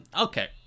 okay